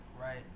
right